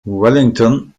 wellington